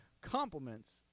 compliments